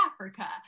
Africa